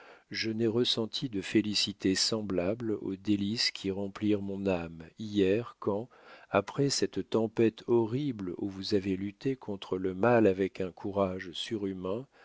je n'ai ressenti de félicités semblables aux délices qui remplirent mon âme hier quand après cette tempête horrible où vous avez lutté contre le mal avec un courage surhumain